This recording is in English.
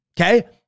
okay